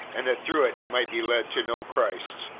and that through it he might be led to know christ.